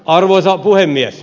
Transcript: arvoisa puhemies